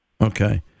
Okay